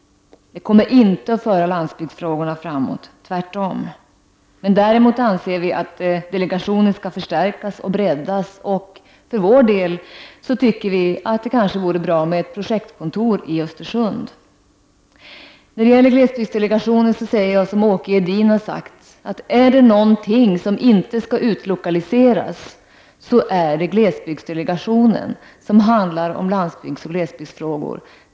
Det kommer inte att föra landsbygdsfrågorna framåt, tvärtom. Däremot anser vi att delegationen skall förstärkas och breddas. För vår del tycker vi att det kanske vore bra med ett projektkontor i Östersund. Men när det gäller glesbygdsdelegationen säger jag som Åke Edin har sagt, att är det någonting som inte skall utlokaliseras så är det glesbygdsdelegationen, som behandlar landsbygdsoch glesbygdsfrågor.